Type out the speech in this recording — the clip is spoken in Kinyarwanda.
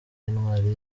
intwari